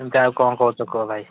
କେମିତି ଆଉ କ'ଣ କହୁଛ କୁହ ଭାଇ